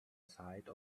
side